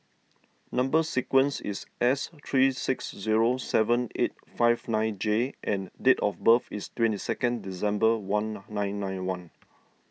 Number Sequence is S three six zero seven eight five nine J and date of birth is twenty second December one nine nine one